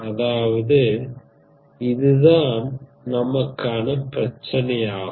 அதாவது இது தான் நமக்கான பிரச்சனை ஆகும்